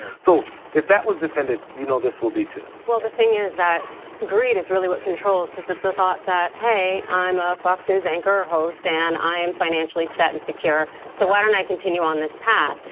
so if that was defended, you know, this will be too. well, the thing is that greed is really what controls cuz it's a thought that hey, i'm a fox news anchor, host, and i'm financially set and secure. so why don't i continue on this path?